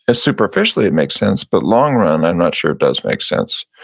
ah superficially, it makes sense, but long run, i'm not sure it does make sense.